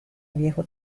viejo